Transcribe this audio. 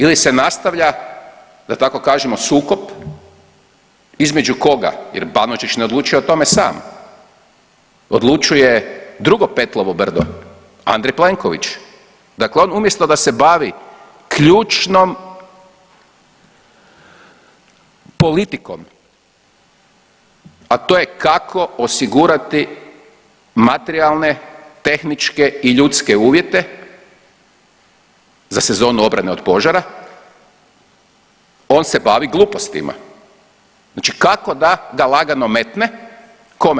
Ili se nastavlja, da tako kažemo, sukob između koga, jer Banožić ne odlučuje o tome sam, odlučuje drugo Petlovo Brdo, Andrej Plenković, dakle on umjesto da se bavi ključnom politikom, a to je kako osigurati materijalne, tehničke i ljudske uvjete za sezonu obrane od požara, on se bavi glupostima, znači kako da ga lagano metne, kome?